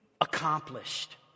accomplished